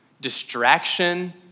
distraction